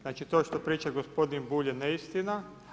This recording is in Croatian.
Znači to što priča gospodin Bulj je neistina.